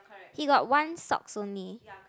he got one socks only